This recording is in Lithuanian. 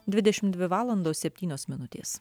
dvidešim dvi valandos septynios minutės